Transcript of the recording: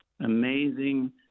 amazing